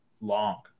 long